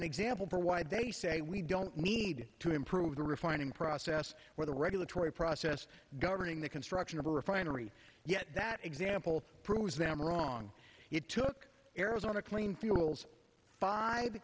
an example for why they say we don't need to improve the refining process where the regulatory process governing the construction of a refinery yet that example proves them wrong it took arizona clean fuels five